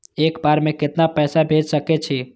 एक बार में केतना पैसा भेज सके छी?